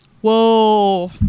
Whoa